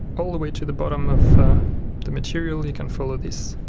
all the way to the bottom of the material you can follow this.